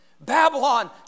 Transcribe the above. Babylon